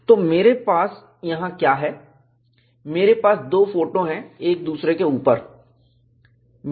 तो मेरे पास यहां क्या है मेरे पास दो फोटो एक दूसरे के ऊपर है